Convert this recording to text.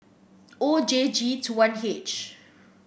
O J G two one H